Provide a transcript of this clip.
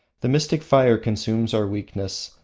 the mystic fire consumes our weakness,